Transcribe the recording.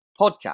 podcast